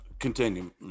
Continue